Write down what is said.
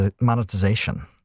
monetization